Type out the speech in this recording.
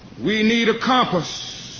we need a compass